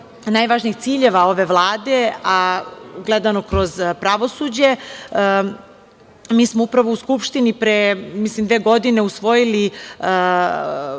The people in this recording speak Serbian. najvažnijih ciljeva ove Vlade, a gledano kroz pravosuđe, mi smo upravo u Skupštini mislim pre dve godine usvojili